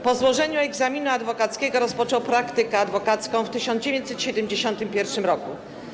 Po złożeniu egzaminu adwokackiego rozpoczął praktykę adwokacką w 1971 r.